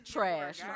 Trash